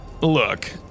Look